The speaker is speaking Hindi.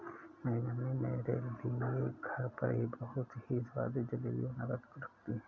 मेरी मम्मी मेरे लिए घर पर ही बहुत ही स्वादिष्ट जेली बनाकर रखती है